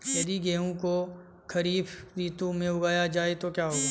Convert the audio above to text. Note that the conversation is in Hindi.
यदि गेहूँ को खरीफ ऋतु में उगाया जाए तो क्या होगा?